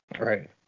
Right